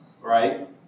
Right